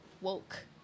woke